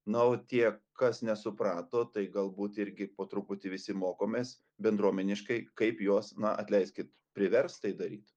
na o tie kas nesuprato tai galbūt irgi po truputį visi mokomės bendruomeniškai kaip juos na atleiskit priverst tai daryt